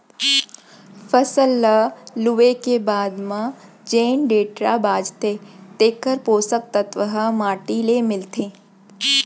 फसल ल लूए के बाद म जेन डेंटरा बांचथे तेकर पोसक तत्व ह माटी ले मिलथे